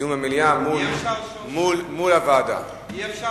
דיון במליאה מול הוועדה.